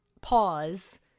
pause